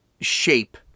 shape